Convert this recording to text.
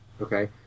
okay